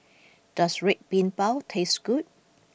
does Red Bean Bao taste good